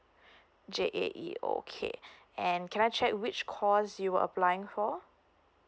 J_A_E okay and can I check which course you were applying for